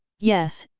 yes,